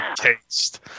taste